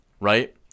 right